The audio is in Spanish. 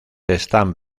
están